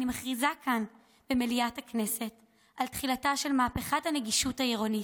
אני מכריזה כאן במליאת הכנסת על תחילתה של מהפכת הנגישות העירונית.